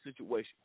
situation